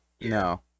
no